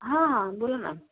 हा हा बोला ना